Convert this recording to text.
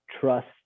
trust